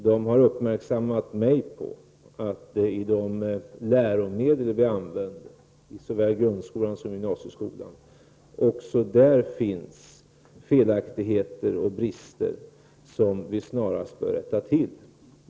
RFSL har uppmärksammat mig på att det i de läromedel som vi använder i såväl grundskolan som gymnasieskolan finns felaktigheter och brister som vi snarast bör rätta till.